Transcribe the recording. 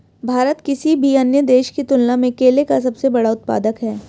भारत किसी भी अन्य देश की तुलना में केले का सबसे बड़ा उत्पादक है